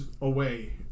away